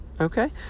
okay